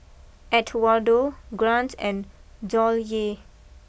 Edwardo Grant and Dollye